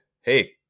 Hey